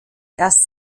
erst